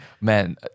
Man